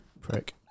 prick